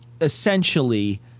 essentially